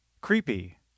Creepy